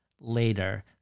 later